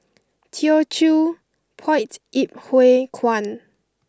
Teochew Poit Ip Huay Kuan